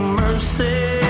mercy